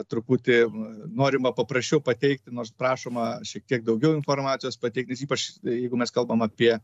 truputį norima paprasčiau pateikti nors prašoma šiek tiek daugiau informacijos pateikti ypač jeigu mes kalbam apie